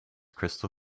crystal